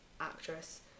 actress